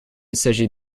s’agit